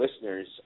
listeners